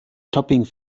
topping